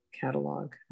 catalog